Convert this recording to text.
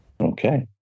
Okay